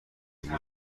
بودند